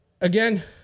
again